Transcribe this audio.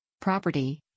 Property